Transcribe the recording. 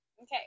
Okay